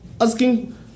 asking